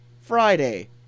Friday